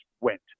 went